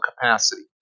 capacity